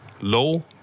low